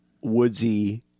woodsy